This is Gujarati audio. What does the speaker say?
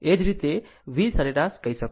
એ જ રીતે V સરેરાશ કહી શકો